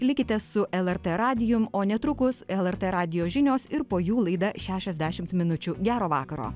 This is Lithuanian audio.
likite su lrt radijum o netrukus lrt radijo žinios ir po jų laida šešiasdešimt minučių gero vakaro